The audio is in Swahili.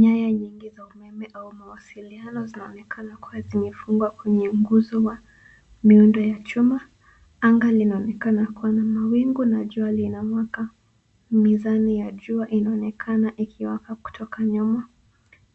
Nyaya nyingi za umeme au mawasiliano zinaonekana kuwa zimefungwa kwenye nguzo ya miundo ya chuma. Anga linaonekana kuwa na mawingu na jua linawaka. Miyale ya jua inaonekana ikiwaka kutoka nyuma.